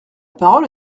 parole